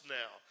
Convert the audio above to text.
now